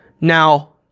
Now